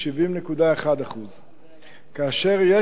70.1%. כאשר יש,